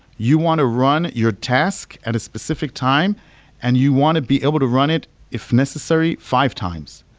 you want to run your task at a specific time and you want to be able to run it if necessary, five times.